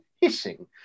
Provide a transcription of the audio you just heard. hissing